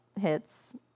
hits